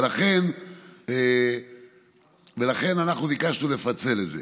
ולכן אנחנו ביקשנו לפצל את זה.